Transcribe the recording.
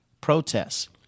protests